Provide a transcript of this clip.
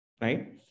right